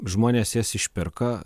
žmonės jas išperka